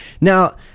now